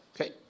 Okay